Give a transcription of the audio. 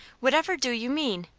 whatever do you mean?